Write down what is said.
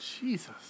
Jesus